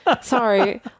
sorry